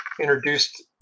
introduced